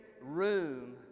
room